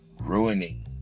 ruining